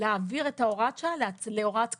להעביר את הוראת השעה להוראת קבע.